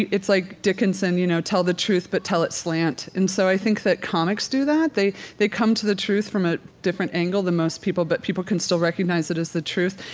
it's like dinkinson. you know, tell the truth, but tell it slant. and so i think that comics do that. they they come to the truth from a different angle than most people, but people can still recognize that it's the truth.